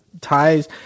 ties